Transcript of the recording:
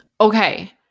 Okay